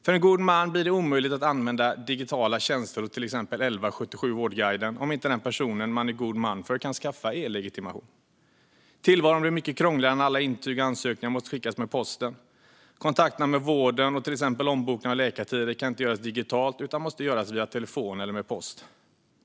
För en god man blir det omöjligt att använda digitala tjänster hos till exempel 1177 Vårdguiden om den person man är god man för inte kan skaffa e-legitimation. Tillvaron blir mycket krångligare när alla intyg och ansökningar måste skickas med posten. Kontakter med vården och till exempel ombokningar av läkartider kan inte göras digitalt utan måste göras via telefon eller med post.